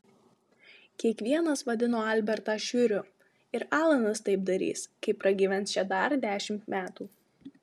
kiekvienas vadino albertą šiuriu ir alanas taip darys kai pragyvens čia dar dešimt metų